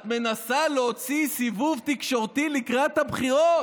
את מנסה להוציא סיבוב תקשורתי לקראת הבחירות?